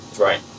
Right